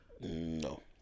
no